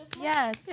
Yes